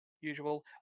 usual